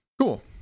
Cool